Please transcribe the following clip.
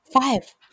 Five